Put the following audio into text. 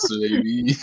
baby